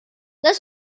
this